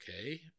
okay